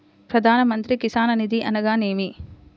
ప్రధాన మంత్రి కిసాన్ నిధి అనగా నేమి?